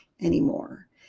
anymore